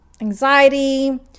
anxiety